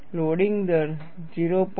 loading દર 0